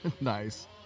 Nice